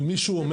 אבל מישהו אומר